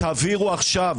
תעבירו עכשיו,